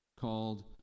called